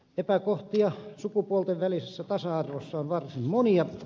epäkohtia sukupuolten välisessä tasa arvossa on varsin monia